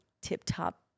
tip-top